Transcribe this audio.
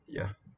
ya